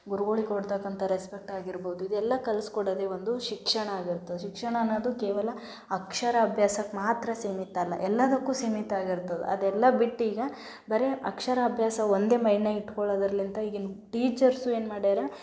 ಗುರುಗಳಿಗೆ ಕೊಡ್ತಕ್ಕಂಥ ರೆಸ್ಪೆಕ್ಟ್ ಆಗಿರ್ಬೋದು ಇದೆಲ್ಲ ಕಲಿಸ್ಕೊಡೋದೆ ಒಂದು ಶಿಕ್ಷಣ ಆಗಿರ್ತದೆ ಶಿಕ್ಷಣ ಅನ್ನೋದು ಕೇವಲ ಅಕ್ಷರಾಭ್ಯಾಸಕ್ಕೆ ಮಾತ್ರ ಸೀಮಿತ ಅಲ್ಲ ಎಲ್ಲದಕ್ಕೂ ಸೀಮಿತ ಆಗಿರ್ತದೆ ಅದೆಲ್ಲ ಬಿಟ್ಟೀಗ ಬರೀ ಅಕ್ಷರಾಭ್ಯಾಸ ಒಂದೇ ಮೈಂಡಿನ್ಯಾಗ ಇಟ್ಕೊಳ್ಳೋದ್ರಲ್ಲಿಂದ ಈಗಿನ ಟೀಚರ್ಸು ಏನು ಮಾಡ್ಯಾರ